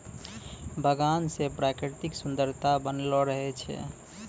बगान से प्रकृतिक सुन्द्ररता बनलो रहै छै